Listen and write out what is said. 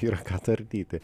yra ką tardyti